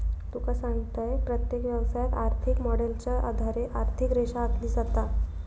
तुका सांगतंय, प्रत्येक व्यवसायात, आर्थिक मॉडेलच्या आधारे आर्थिक रेषा आखली जाता